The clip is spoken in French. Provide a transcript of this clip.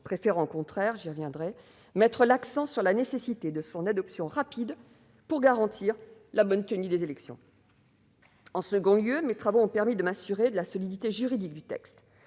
préférant au contraire- j'y reviendrai -mettre l'accent sur la nécessité de son adoption rapide pour garantir la bonne tenue des élections. Mes travaux m'ont aussi permis de m'assurer de la solidité juridique du texte.